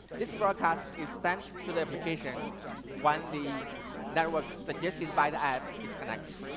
this broadcast is sent to the application when the network suggested by the app is connected.